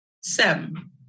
Seven